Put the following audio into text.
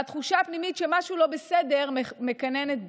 והתחושה הפנימית שמשהו לא בסדר מקננת בי.